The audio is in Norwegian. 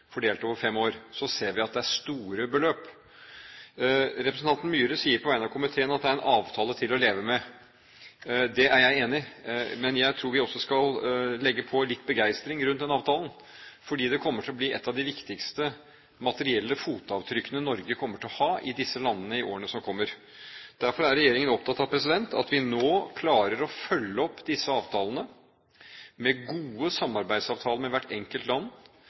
fordelt over fem år. Så vi ser at det er store beløp. Representanten Myhre sier på vegne av komiteen at det er en avtale «til å leve med». Det er jeg enig i, men jeg tror vi også skal legge på litt begeistring rundt avtalen, fordi det kommer til å bli et av de viktigste materielle fotavtrykkene Norge kommer til å ha i disse landene i årene som kommer. Derfor er regjeringen opptatt av at vi nå klarer å følge opp disse avtalene med gode samarbeidsavtaler med hvert enkelt land.